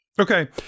Okay